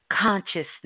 consciousness